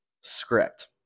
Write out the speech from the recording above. script